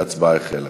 ההצבעה החלה.